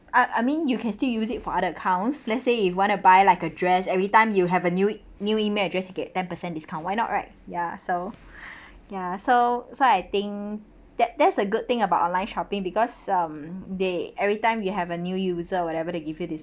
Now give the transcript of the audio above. I I mean you can still use it for other accounts let's say you want to buy like a dress everytime you have a new new email address you get ten percent discount why not right ya so ya so so I think that that's a good thing about online shopping because um they everytime you have a new user or whatever they give you